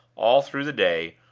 all through the day,